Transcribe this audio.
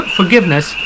forgiveness